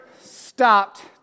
stopped